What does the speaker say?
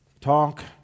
talk